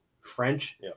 French